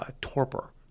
torpor